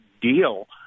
deal